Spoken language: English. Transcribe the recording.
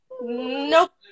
Nope